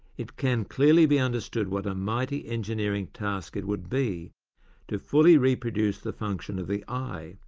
it can clearly be understood what a mighty engineering task it would be to fully reproduce the function of the eye,